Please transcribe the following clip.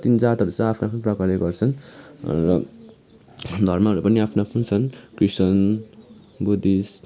जति पनि जातहरू छन् आ आफ्नो प्रकारले गर्छन् र धर्महरू पनि आफ्नो आफ्नो छन् क्रिस्टियन बुद्धिस्ट